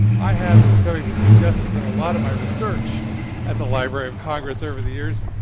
i have, as terri was suggesting, done a lot of my research at the library of congress over the years.